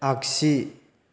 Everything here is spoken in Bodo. आगसि